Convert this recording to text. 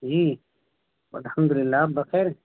جی بتحمدرلہ بخیر